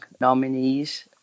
nominees